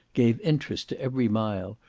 gave interest to every mile,